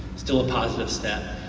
still a positive step.